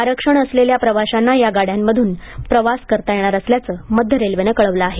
आरक्षण असलेल्या प्रवाशाना या गाड्यांमध्रन प्रवास करता येणार असल्याचं मध्य रेल्वेनं कळवलं आहे